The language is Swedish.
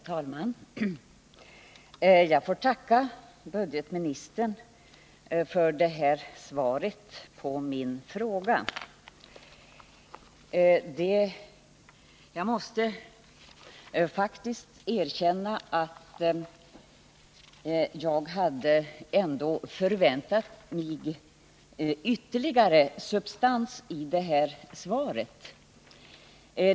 Herr talman! Jag får tacka budgetministern för svaret på min fråga. Men jag måste faktiskt erkänna att jag hade förväntat mig något ytterligare av substans i svaret.